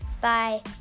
Bye